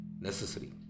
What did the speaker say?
necessary